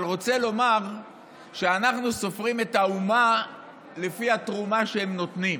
אבל רוצה לומר שאנחנו סופרים את האומה לפי התרומה שהם נותנים,